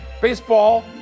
baseball